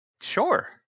Sure